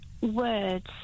words